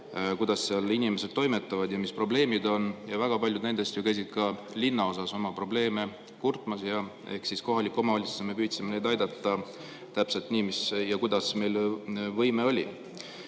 kuidas seal inimesed toimetavad ja mis probleemid on. Ja väga paljud nendest ju käisid ka linnaosa[valitsuses] oma probleeme kurtmas. Ehk siis kohalikus omavalitsuses me püüdsime neid aidata täpselt nii, kuidas meil võime oli.